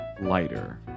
lighter